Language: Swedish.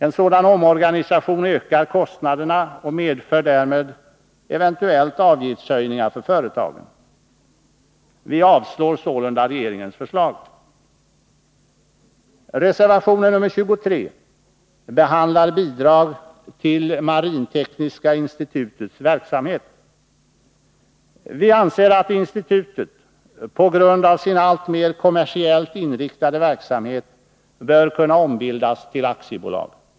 En sådan omorganisation ökar kostnaderna och medför därmed eventuella avgiftshöjningar för företagen. Vi avstyrker sålunda regeringens förslag. Reservationen nr 23 behandlar bidrag till Marintekniska institutets verksamhet. Vi anser att institutet på grund av sin alltmer kommersiellt inriktade verksamhet bör kunna ombildas till aktiebolag.